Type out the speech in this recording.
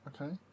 Okay